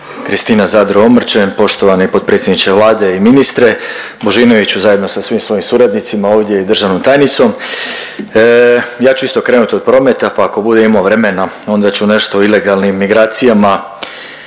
Kristina Zadro Omrčen, poštovani potpredsjedniče Vlade i ministre Božinoviću zajedno sa svim svojim suradnicima ovdje i državnom tajnicom. Ja ću isto krenut od prometa, pa ako budem imao vremena onda ću nešto o ilegalnim migracijama.